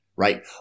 right